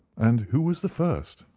and who was the first?